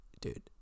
dude